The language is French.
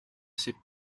ses